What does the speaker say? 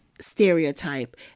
stereotype